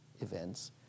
events